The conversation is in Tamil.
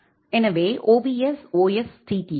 எனவே ovs vsctl